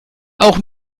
auch